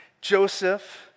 Joseph